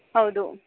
ಹೌದು